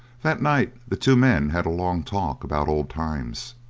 that night the two men had a long talk about old times.